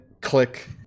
click